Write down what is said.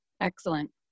Excellent